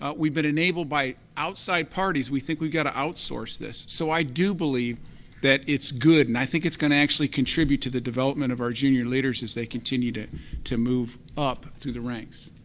ah we've been enabled by outside parties, we think we've got to outsource this. so i do believe that it's good. and i think it's going to actually contribute to the development of our junior leaders as they continue to to move up through the ranks.